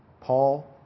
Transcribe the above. Paul